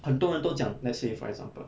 很多人都讲 let's say for example